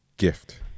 Gift